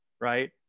right